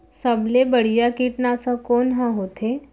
सबले बढ़िया कीटनाशक कोन ह होथे?